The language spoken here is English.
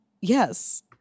Yes